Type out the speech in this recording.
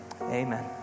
Amen